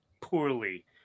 poorly